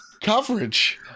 coverage